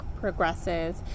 progresses